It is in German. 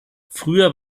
früher